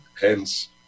Hence